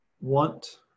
want